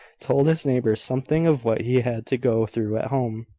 told his neighbours something of what he had to go through at home.